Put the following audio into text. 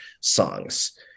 songs